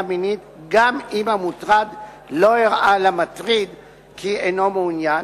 מינית גם אם המוטרד לא הראה למטריד כי אינו מעוניין,